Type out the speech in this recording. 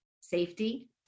Safety